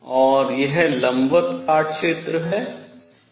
और यह लंबवत काट क्षेत्र है